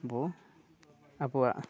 ᱵᱚ ᱟᱵᱚᱣᱟᱜ